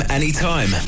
Anytime